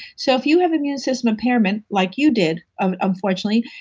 so if you have immune system impairment like you did, um unfortunately,